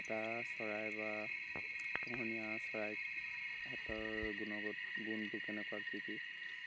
এটা চৰাই বা পোহনীয়া চৰাইক সিহঁতৰ গুণগত গুণবোৰ কেনেকুৱা কি কি